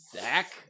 Zach